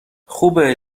خوبه